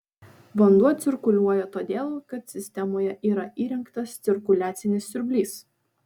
vanduo cirkuliuoja todėl kad sistemoje yra įrengtas cirkuliacinis siurblys